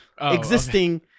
existing